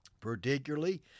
particularly